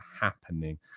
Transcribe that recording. happening